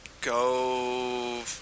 Go